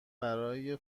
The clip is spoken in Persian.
برای